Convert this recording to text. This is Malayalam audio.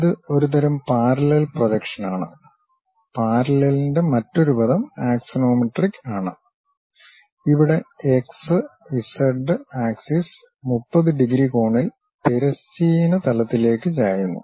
ഇത് ഒരുതരം പാരല്ലെൽ പ്രൊജക്ഷനാണ് പാരല്ലെൽന്റെ മറ്റൊരു പദം അക്സോനോമെട്രിക് ആണ് ഇവിടെ എക്സ് ഇസഡ് ആക്സിസ് 30 ഡിഗ്രി കോണിൽ തിരശ്ചീന തലത്തിലേക്ക് ചായുന്നു